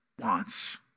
wants